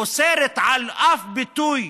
אוסרת כל ביטוי